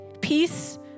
peace